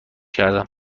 کردم